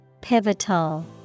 Pivotal